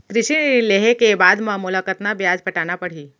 कृषि ऋण लेहे के बाद म मोला कतना ब्याज पटाना पड़ही?